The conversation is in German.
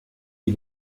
die